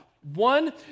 One